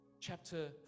chapter